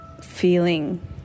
feeling